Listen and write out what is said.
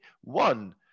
One